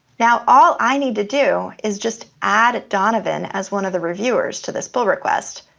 now, all i need to do is just add donovan as one of the reviewers to this pull request.